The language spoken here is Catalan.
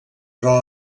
però